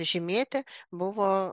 žymėti buvo